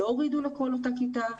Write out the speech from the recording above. לא הורידו לכל אותה כיתה,